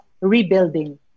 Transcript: rebuilding